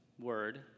word